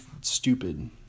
stupid